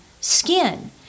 skin